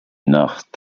nacht